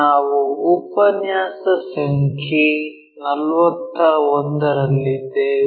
ನಾವು ಉಪನ್ಯಾಸ ಸಂಖ್ಯೆ 41 ರಲ್ಲಿದ್ದೇವೆ